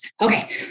Okay